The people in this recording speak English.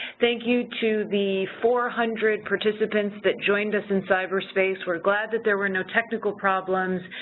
thank you to the four hundred participants that joined us in cyberspace. we're glad that there were no technical problems.